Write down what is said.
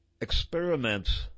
experiments